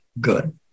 good